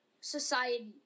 society